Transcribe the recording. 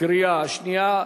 הקריאה השנייה.